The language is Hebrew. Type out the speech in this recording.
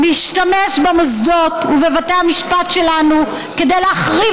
משתמש במוסדות ובבתי המשפט שלנו כדי להחריב